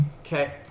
Okay